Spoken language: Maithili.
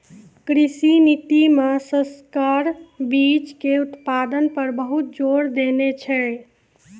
कृषि नीति मॅ संकर बीच के उत्पादन पर बहुत जोर देने छै